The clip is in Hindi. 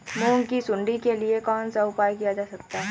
मूंग की सुंडी के लिए कौन सा उपाय किया जा सकता है?